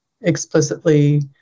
explicitly